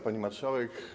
Pani Marszałek!